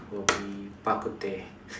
would be Bak-Kut-Teh